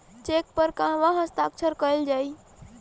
Check पर कहवा हस्ताक्षर कैल जाइ?